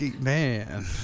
man